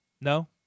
No